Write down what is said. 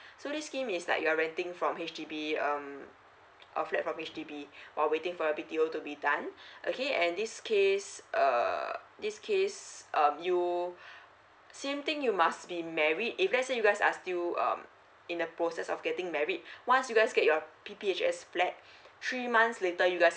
so this scheme is like you're renting from H_D_B um a flat from H_D_B while waiting for a b t o to be done okay and this case err this case um you same thing you must be married if let's say you guys are still um in the process of getting married once you guys get your p p h s flat three months later you guys